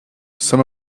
some